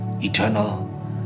eternal